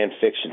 fiction